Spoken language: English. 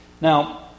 Now